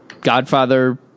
godfather